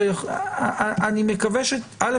א',